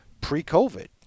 pre-COVID